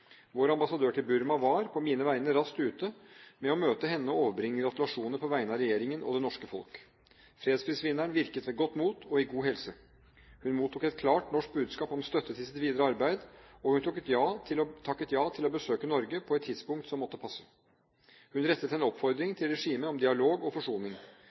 Vår ambassadør til Burma var – på mine vegne – raskt ute med å møte henne og overbringe gratulasjoner på vegne av regjeringen og det norske folk. Fredsprisvinneren virket ved godt mot og ved god helse. Hun mottok et klart norsk budskap om støtte til sitt videre arbeid, og hun takket ja til å besøke Norge på et tidspunkt som måtte passe. Hun rettet en oppfordring til regimet om dialog og forsoning.